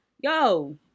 yo